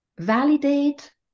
validate